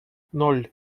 ноль